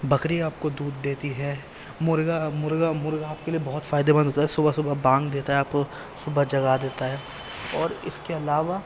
بکری آپ کو دودھ دیتی ہے مرغا مرغا مرغا آپ کے لیے بہت فائدے مند ہوتا ہے صبح صبح بانگ دیتا ہے آپ کو صبح جگا دیتا ہے اور اس کے علاوہ